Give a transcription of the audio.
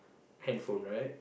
handphone right